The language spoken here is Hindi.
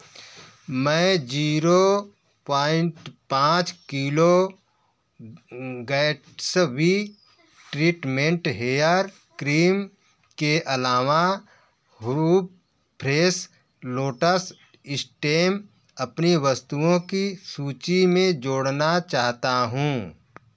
मैं जीरो पॉइंट पाँच kilo Gatsby treatment hair cream के अलावा हूवु फ़्रेस लोटस स्टेम अपनी वस्तुओं की सूची में जोड़ना चाहता हूँ